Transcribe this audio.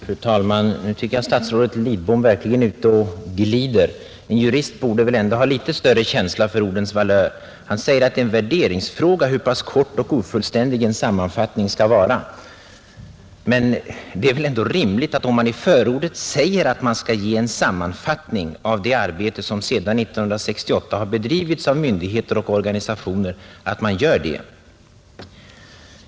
Fru talman! Nu tycker jag att statsrådet Lidbom verkligen är ute och glider. En jurist borde väl ändå ha litet större känsla för ordens valör! Statsrådet säger att det är en värderingsfråga hur pass kort och ofullständig en sammanfattning skall vara. Men om man i förordet säger att man skall ge en sammanfattning av det arbete som myndigheter och organisationer har bedrivit sedan 1968, så är det väl ändå rimligt att man verkligen gör det!